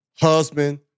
Husband